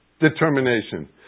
Determination